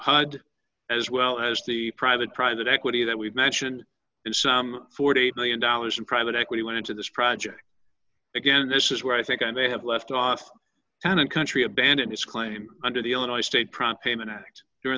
through as well as the private private equity that we've mentioned and some forty eight million dollars in private equity went into this project again this is where i think i may have left off and a country abandoned its claim under the illinois state prompt him an act during